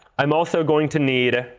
i'm also going to need